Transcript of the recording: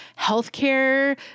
healthcare